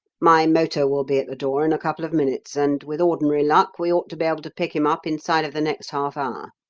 my motor will be at the door in a couple of minutes, and with ordinary luck we ought to be able to pick him up inside of the next half-hour.